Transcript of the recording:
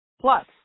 plus